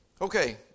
Okay